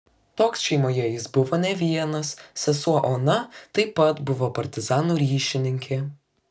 toks šeimoje jis buvo ne vienas sesuo ona taip pat buvo partizanų ryšininkė